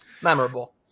Memorable